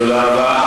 תודה רבה.